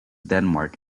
denmark